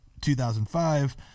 2005